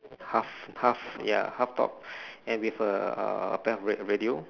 half half ya half top and with uh a pair of radio